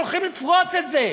הולכים לפרוץ את זה.